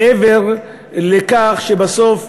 מעבר לכך שבסוף,